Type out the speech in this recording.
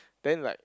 then like